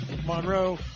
Monroe